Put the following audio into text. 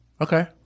Okay